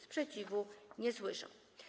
Sprzeciwu nie słyszę.